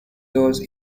those